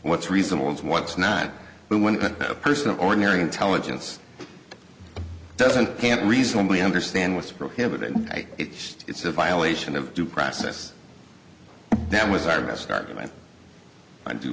what's reasonable and what's not but when a person of ordinary intelligence doesn't can't reasonably understand what's prohibited by it it's a violation of due process that was our best argument i do